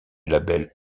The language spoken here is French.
label